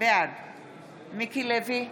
בעד מיקי לוי,